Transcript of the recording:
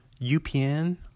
UPN